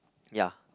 yeah